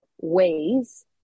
ways